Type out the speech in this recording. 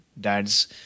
Dad's